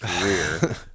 career